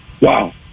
Wow